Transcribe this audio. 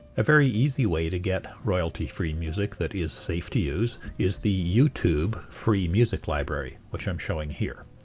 a very easy way to get royalty-free music that is safe to use is the youtube free music library, which i'm showing here.